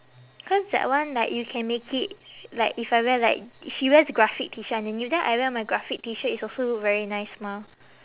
cause that one like you can make it like if I wear like he wears graphic T shirt underneath then I wear my graphic T shirt it's also look very nice mah